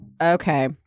Okay